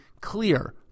clear